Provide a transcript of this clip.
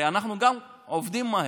הרי אנחנו עובדים מהר.